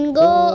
go